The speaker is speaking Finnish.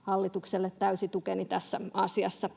Hallitukselle täysi tukeni tässä asiassa.